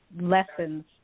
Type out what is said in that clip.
lessons